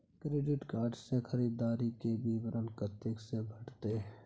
Credit card से खरीददारी के विवरण कत्ते से भेटतै?